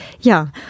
Ja